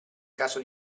caso